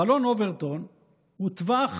חלון אוברטון הוא טווח